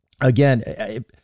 Again